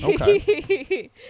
Okay